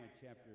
chapter